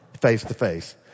face-to-face